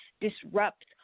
disrupt